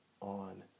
on